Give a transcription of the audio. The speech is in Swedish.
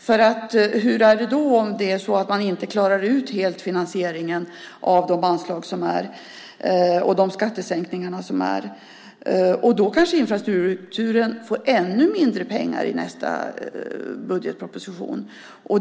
Hur blir det om man inte helt klarar av finansieringen av de anslag som finns och de skattesänkningar som görs? Då kanske infrastrukturen får ännu mindre pengar i nästa budgetproposition.